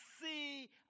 see